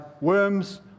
worms